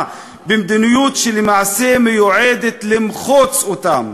במדיניות שלמעשה מיועדת למחוץ אותם.